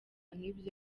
nk’ibyo